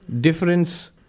difference